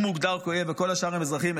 הוא מוגדר כאויב וכל השאר הם אזרחים,